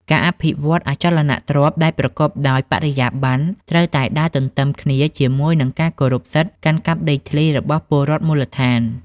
ការអភិវឌ្ឍអចលនទ្រព្យដែលប្រកបដោយបរិយាបន្ន ត្រូវតែដើរទន្ទឹមគ្នាជាមួយនឹងការគោរពសិទ្ធិកាន់កាប់ដីធ្លីរបស់ពលរដ្ឋមូលដ្ឋាន។